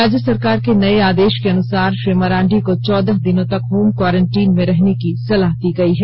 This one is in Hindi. राज्य सरकार के नए आदेश के अनुसार श्री मरांडी को चौदह दिनों तक होम क्वारेंटीन में रहने की सलाह दी गई है